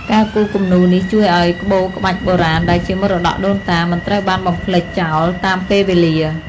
ការគូរគំនូរនេះជួយឱ្យក្បូរក្បាច់បុរាណដែលជាមរតកដូនតា មិនត្រូវបានបំភ្លេចចោលតាមពេលវេលា។